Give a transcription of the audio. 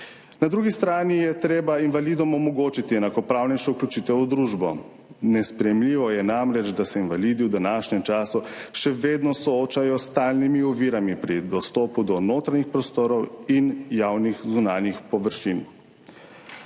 Na drugi strani je treba invalidom omogočiti enakopravnejšo vključitev v družbo. Nesprejemljivo je namreč, da se invalidi v današnjem času še vedno soočajo s stalnimi ovirami pri dostopu do notranjih prostorov in javnih zunanjih površin.